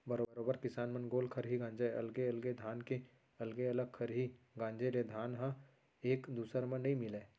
बरोबर किसान मन गोल खरही गांजय अलगे अलगे धान के अलगे अलग खरही गांजे ले धान ह एक दूसर म नइ मिलय